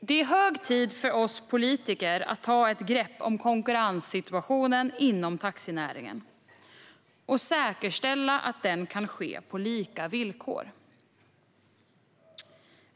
Det är hög tid för oss politiker att ta ett grepp om konkurrenssituationen inom taxinäringen och säkerställa att den kan ske på lika villkor.